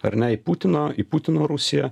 ar ne į putino į putino rusiją